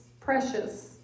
precious